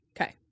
okay